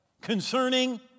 concerning